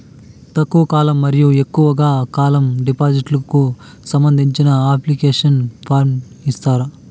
తక్కువ కాలం మరియు ఎక్కువగా కాలం డిపాజిట్లు కు సంబంధించిన అప్లికేషన్ ఫార్మ్ ఇస్తారా?